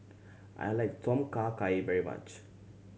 I like Tom Kha Gai very much